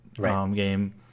game